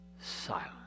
silence